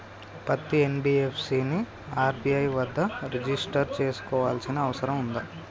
పత్తి ఎన్.బి.ఎఫ్.సి ని ఆర్.బి.ఐ వద్ద రిజిష్టర్ చేసుకోవాల్సిన అవసరం ఉందా?